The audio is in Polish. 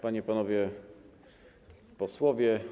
Panie i Panowie Posłowie!